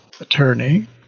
attorney